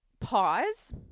pause